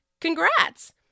Congrats